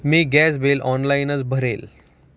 मी gas bill ऑनलाइनच भरले